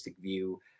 view